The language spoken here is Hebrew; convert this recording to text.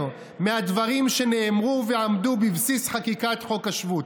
מהדברים שנאמרו ועמדו בבסיס חקיקת חוק השבות,